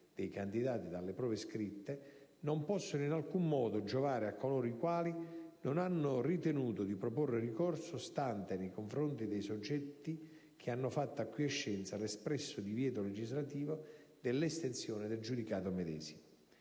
dei candidati dalle prove scritte, non possono in alcun modo giovare a coloro i quali non hanno ritenuto di proporre ricorso, stante, nei confronti dei soggetti che hanno fatto acquiescenza, l'espresso divieto legislativo dell'estensione del giudicato medesimo.